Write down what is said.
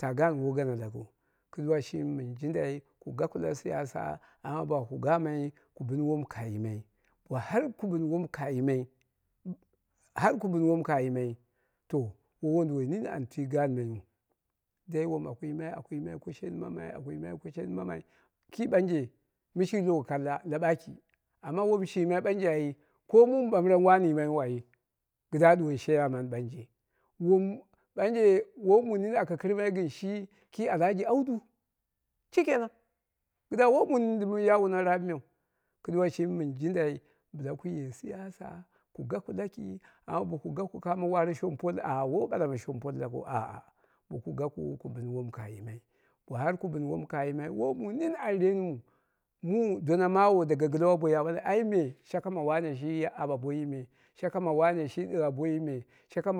Taa gaan woi gana lakiu kɨduwa shimi mɨn jindolɨ ku gaku la siyasa amma baku gamai ku bɨn wom ka yimai bo har ku bɨn wom ka yimoli, har ku bɨn wom ka yimai to woi wonduwoi nini an twi gaanmaiyu dai womaku yimai aku yimai ko shenmammai, aku yimai ko shenmammai, ki ɓanje me shiyi lo kalla laɓaki amma wom shi yimai ɓanje ai ko mum ɓambɨram wani yimai yu di kɨdda a ɗuwoni chairman ɓanje wom ɓanje woi mu nini aka kɨr mai gɨn shi ki alhaji audu shi kenan kɨdda woi mu nini yaa wuna raap meu. Kɨduwa shimi mɨn jindai kuye siyasa ku gaku laki amma boku gaku kamo wadre shompol ah woi ɓala ma shompol lakiu ah, boku gaku ku bɨn wom ka yimai bo har ku bɨn womu ka yimai woi mu nini an renɨmuu, mu dona mawo daga gɨlwol boi an ɓale me shaka ma wane shiya aɓa boiyi me shi ɗigha